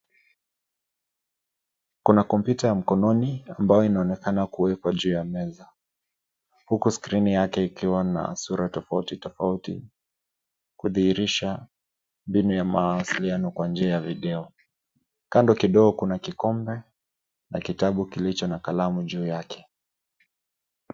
Kuna kompyuta ya mkononi ambayo inaonekana kuwekwa juu ya meza, huku skrini yake ikiwa na sura tofauti tofauti; kudhihirisha mbinu ya mawasiliano kwa njia ya video. Kando kidogo kuna kikombe na kitabu kilicho na kalamu juu yake.